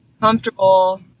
comfortable